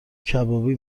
کبابی